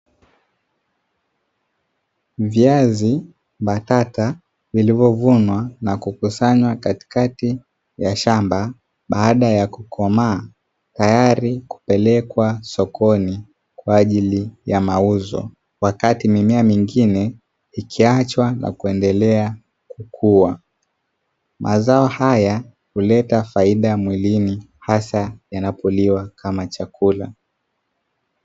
Viazi mbatata vilivyovunwa na kukusanya katikati ya shamba baada ya kukomaa, tayari kupelekwa sokoni kwa ajili ya mauzo wakati mimea mengine ikiachwa na kuendelea kukuwa. Mazao haya huleta faida miwilini hasa yanapoliwa kama chakula.